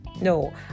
No